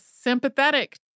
sympathetic